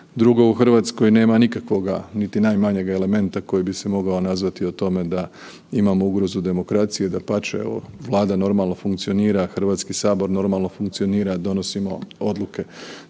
Drugo, u Hrvatskoj nema nikakvoga niti najmanjeg elementa koji bi se mogao nazvati o tome da imamo ugrozu demokracije, dapače Vlada normalno funkcionira, Hrvatski sabor normalno funkcionira, donosimo odluke.